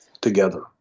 together